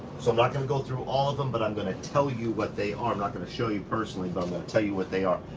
so i'm not going to go through all of them, but i'm going to tell you what they are. i'm not going to show you personally but i'm going to tell you what they are.